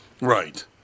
Right